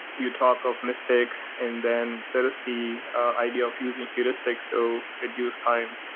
you talk of mistakes and then there is the idea of using heuristics to reduce time.